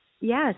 Yes